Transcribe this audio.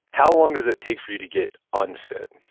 how long does it take for you to get unfit?